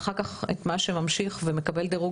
ואחר כך את מה שממשיך ומקבל דירוג